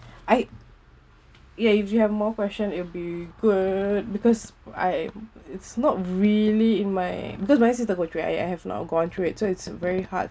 I ya if you have more question it will be good because I it's not really in my because my sister go through it I I have not gone through it so it's very hard